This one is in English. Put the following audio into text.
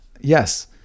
yes